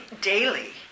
daily